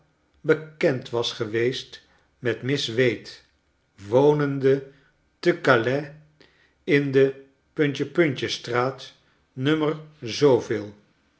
bekend was geweest met miss wade wonende te calais in de straat no